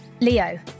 Leo